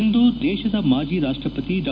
ಇಂದು ದೇಶದ ಮಾಣಿ ರಾಷ್ಟಪತಿ ಡಾ